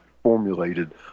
Formulated